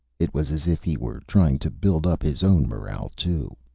it was as if he were trying to build up his own morale, too.